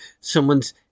someone's